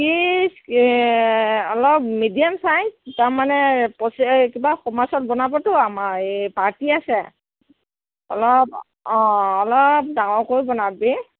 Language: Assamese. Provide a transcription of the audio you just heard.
পিচ অলপ মেডিয়াম চাইজ তাৰমানে কিবা বনাবতো আমাৰ এই পাৰ্টি আছে অলপ অঁ অলপ ডাঙৰকৈ বনাবি